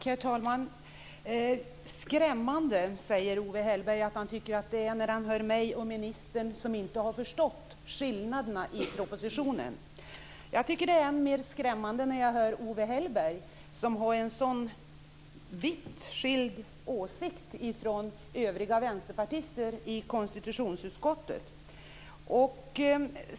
Herr talman! "Skrämmande" säger Owe Hellberg att han tycker att det är när han hör att jag och ministern inte har förstått distinktionerna i propositionen. Jag tycker att det är än mer skrämmande när jag hör Owe Hellberg, som har en åsikt som är så vitt skild från den som hyses av övriga vänsterpartister i konstitutionsutskottet.